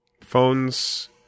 Phones